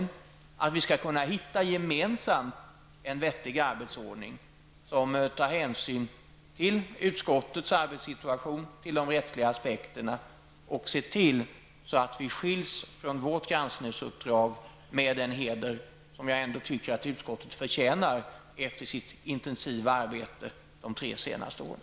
Vi bör gemensamt kunna hitta en vettig arbetsordning som tar hänsyn till utskottets arbetssituation och ger rättsliga aspekterna. Vi bör se till att vi skiljer oss från vårt granskningsuppdrag med den heder som vi tycker att utskottet förtjänar efter dess intensiva arbete de tre senaste åren.